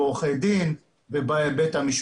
אבל אחר כך כשאני עובר על כל העתירה שלו אני חייב